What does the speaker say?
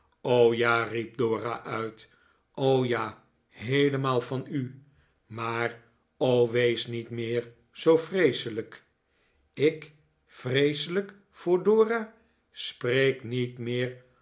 ja riep dora uit r o ja heelemaal van u maar o wees niet meer zoo vreeselijk i k vreeselijk voor dora spreek niet meer